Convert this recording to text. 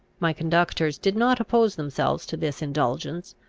my conductors did not oppose themselves to this indulgence,